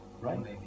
right